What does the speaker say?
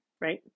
Right